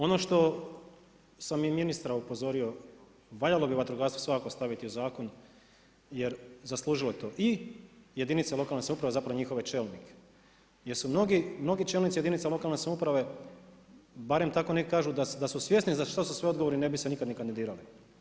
Ono što sam i ministra upozorio, valjalo bi vatrogastvo svakako staviti u zakon jer zaslužilo je to i jedinice lokalne samouprave, zapravo njihove čelnike, jer su mnogi čelnici jedinica lokalne samouprave barem tako neki kažu da su svjesni za što su sve odgovorni ne bi se nikada niti kandidirali.